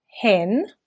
hen